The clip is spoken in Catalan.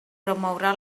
promourà